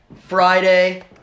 Friday